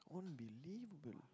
unbelievable